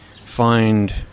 find